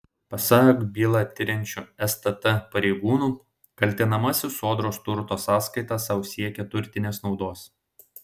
pasak bylą tiriančių stt pareigūnų kaltinamasis sodros turto sąskaita sau siekė turtinės naudos